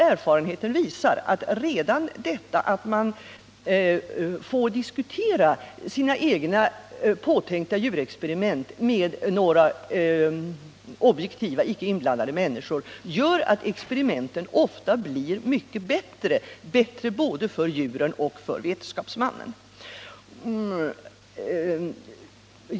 Erfarenheter visar att redan detta att man får diskutera sina egna påtänkta djurexperiment med några objektiva människor gör att experimenten ofta blir mycket bättre, för både djuren och vetenskapsmannen.